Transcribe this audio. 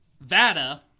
Vada